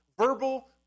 verbal